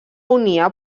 unia